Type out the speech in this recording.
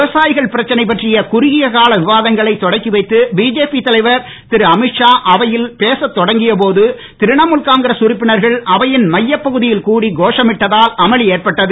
விவசாயிகள் பிரச்சனை பற்றிய குறுகிய கால விவாதங்களை தொடக்கி வைத்து பிஜேபி தலைவர் திரு அமீத்ஷா அவையில் பேசத் தொடங்கிய போது திரிணமுல் காங்கிரஸ் உறுப்பினர்கள் அவையின் மையப் பகுதியில் கூடி கோஷமிட்டதால் அமளி ஏற்பட்டது